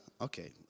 Okay